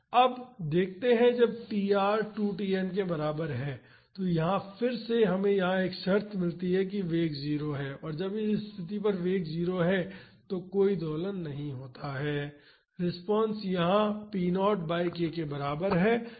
अब देखते हैं जब tr 2 Tn के बराबर है यहां फिर से हमें यहां एक शर्त मिलती है कि वेग 0 है और जब इस स्थिति पर वेग 0 है तो कोई दोलन नहीं होता है रिस्पांस यहाँ p0 बाई k के बराबर है